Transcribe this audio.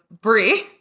Brie